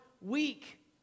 weak